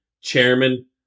chairman